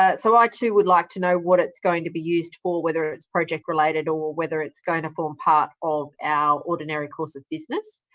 ah so, i, too, would like to know what it's going to be used for, whether it's project related or whether it's going to form part of our ordinary course of business.